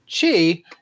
Chi